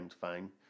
fine